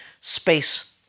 space